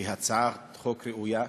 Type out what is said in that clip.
היא הצעת חוק ראויה.